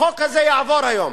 החוק הזה יעבור היום,